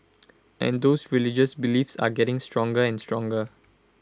and those religious beliefs are getting stronger and stronger